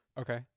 Okay